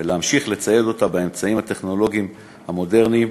ולהמשיך לצייד אותה באמצעים טכנולוגיים מודרניים,